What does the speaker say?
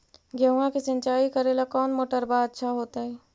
गेहुआ के सिंचाई करेला कौन मोटरबा अच्छा होतई?